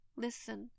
Listen